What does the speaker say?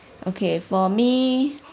okay for me